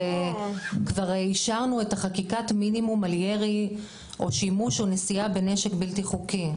כבר אישרנו את חקיקת מינימום על ירי או שימוש או נשיאה בנשק בלתי חוקי.